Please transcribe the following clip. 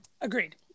Agreed